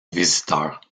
visiteurs